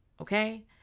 Okay